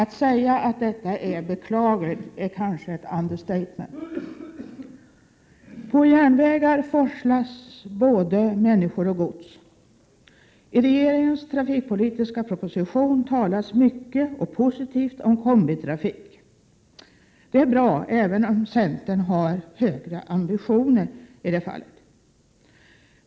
Att säga att detta är beklagligt är kanske ett understatement. På järnvägar forslas både människor och gods. I regeringens trafikpolitiska proposition talas mycket och positivt om kombitrafik. Det är bra, även om centern har högre ambitioner i det fallet.